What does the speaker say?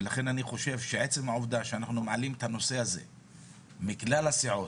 לכן אני חושב שעצם העובדה שאנחנו מעלים את הנושא הזה מכלל הסיעות,